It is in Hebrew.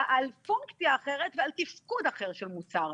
על פונקציה אחרת ועל תפקוד אחר של מוצר.